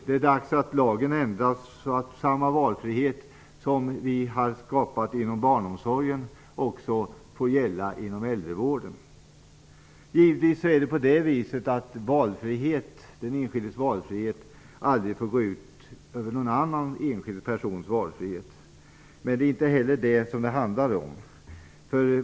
Det är dags att ändra lagen så att samma valfrihet som vi har skapat inom barnomsorgen också får gälla inom äldrevården. Givetvis får den enskildes valfrihet aldrig gå ut över någon annan enskild persons valfrihet. Men det är inte heller det som det handlar om.